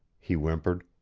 he whimpered.